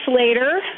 later